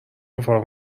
اتفاق